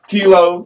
Kilo